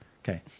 okay